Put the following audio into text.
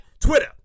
Twitter